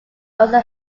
also